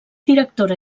directora